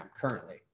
currently